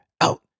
out